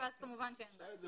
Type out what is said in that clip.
ואז כמובן שאין בעיה.